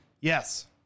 Yes